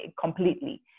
completely